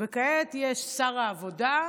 וכעת יש שר העבודה.